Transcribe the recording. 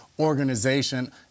Organization